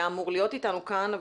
היה אמור להיות איתנו כאן,